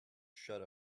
shut